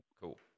cool